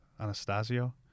Anastasio